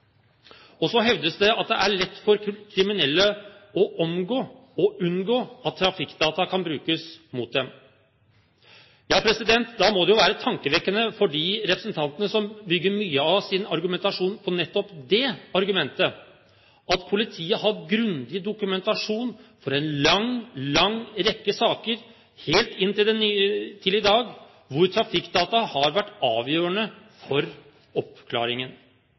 virkeligheten. Så hevdes det at det er lett for kriminelle å omgå og unngå at trafikkdata kan brukes mot dem. Da må det jo være tankevekkende for de representantene som bygger mye av sin argumentasjon på nettopp det argumentet, at politiet har grundig dokumentasjon for en lang, lang rekke saker helt til i dag hvor trafikkdata har vært avgjørende for